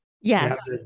Yes